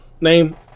name